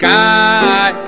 Sky